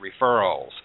referrals